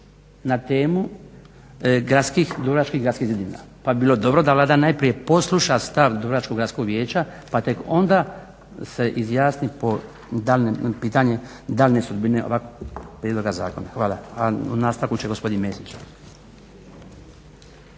na temu Dubrovačkih gradskih zidina pa bi bilo dobro da Vlada najprije posluša stav Dubrovačkog gradskog vijeća pa tek onda se izjasni o daljnjoj sudbini ovakvog prijedloga zakona. Hvala. A u nastavku će gospodin Mesić.